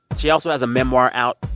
she also has a memoir out.